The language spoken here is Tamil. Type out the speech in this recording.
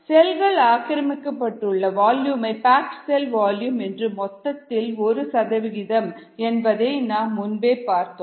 செல்கள் ஆக்கிரமிக்கப்பட்டுள்ள வால்யுமை பேக்டு செல் வால்யூம் என்பது மொத்தத்தில் ஒரு சதவிகிதம் என்பதை நாம் முன்பே பார்த்தோம்